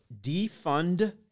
defund